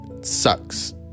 Sucks